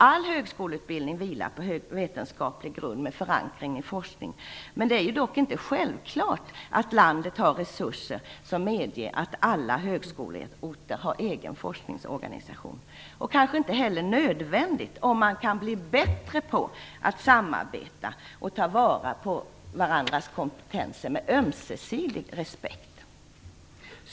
All högskoleutbildning vilar på vetenskaplig grund med förankring i forskning, men det är inte självklart att landet har resurser som medger att alla högskoleorter har en egen forskningsorganisation. Det är kanske inte heller nödvändigt, om man kan bli bättre på att samarbeta och ta vara på varandras kompetenser med ömsesidig respekt.